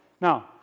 Now